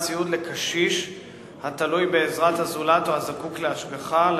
סיוע לקשיש התלוי בעזרת הזולת או הזקוק להשגחה,